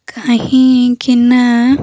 କାହିଁକିନା